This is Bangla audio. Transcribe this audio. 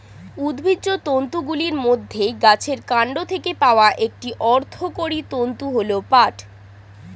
উদ্ভিজ্জ তন্তুগুলির মধ্যে গাছের কান্ড থেকে পাওয়া একটি অর্থকরী তন্তু হল পাট